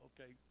okay